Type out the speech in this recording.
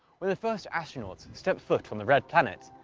when the first astronauts step foot on the red planet,